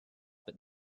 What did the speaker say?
but